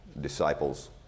disciples